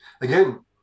again